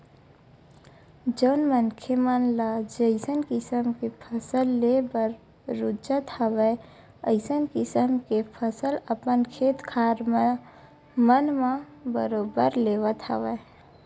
जउन मनखे मन ल जइसन किसम के फसल लेबर रुचत हवय अइसन किसम के फसल अपन खेत खार मन म बरोबर लेवत हवय